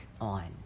on